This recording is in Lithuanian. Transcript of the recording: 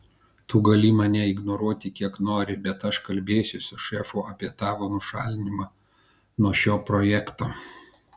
tu gali mane ignoruoti kiek nori bet aš kalbėsiu su šefu apie tavo nušalinimą nuo šio projekto